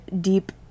deep